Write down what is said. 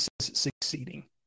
succeeding